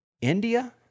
India